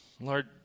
Lord